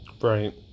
Right